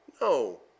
No